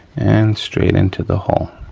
and straight into the hole.